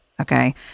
Okay